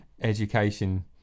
education